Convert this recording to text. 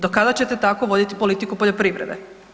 Do kada ćete tako voditi politiku poljoprivrede?